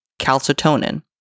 calcitonin